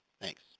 Thanks